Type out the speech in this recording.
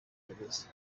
gereza